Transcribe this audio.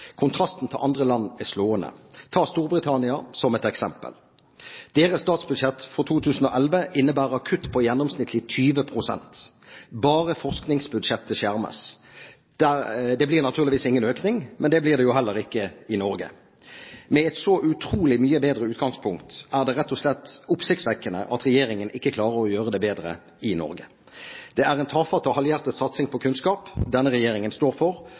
Kontrasten til andre land er slående. Ta Storbritannia som et eksempel: Deres statsbudsjett for 2011 innebærer kutt på gjennomsnittlig 20 pst. Bare forskningsbudsjettet skjermes – det blir naturligvis ingen økning, men det blir det jo heller ikke i Norge. Med et så utrolig mye bedre utgangspunkt er det rett og slett oppsiktsvekkende at regjeringen i Norge ikke klarer å gjøre det bedre. Det er en tafatt og halvhjertet satsing på kunnskap denne regjeringen står for,